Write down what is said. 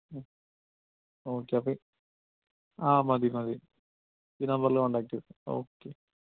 മ് ഓക്കെ അപ്പോള് ആ മതി മതി ഈ നമ്പറില് കോണ്ടാക്റ്റ് ചെയ്തുകൊള്ളൂ ഓക്കെ